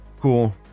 Cool